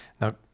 now